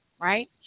Right